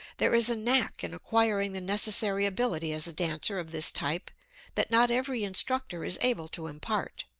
there is a knack in acquiring the necessary ability as a dancer of this type that not every instructor is able to impart.